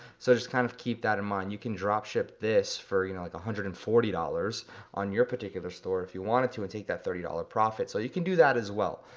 so just kind of keep that in mind. you can drop ship this for you know like one hundred and forty dollars on your particular store if you wanted to, and take that thirty dollars profit. so you can do that as well.